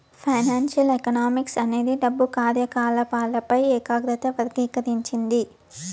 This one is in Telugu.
ఫైనాన్సియల్ ఎకనామిక్స్ అనేది డబ్బు కార్యకాలపాలపై ఏకాగ్రత వర్గీకరించింది